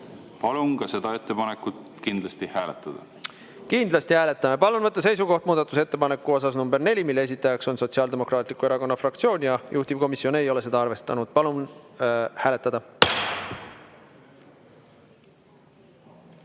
Palun ka seda ettepanekut kindlasti hääletada. Kindlasti hääletame. Palun võtta seisukoht! Muudatusettepanek nr 4, mille esitajaks on Sotsiaaldemokraatliku Erakonna fraktsioon ja juhtivkomisjon ei ole seda arvestanud. Palun hääletada!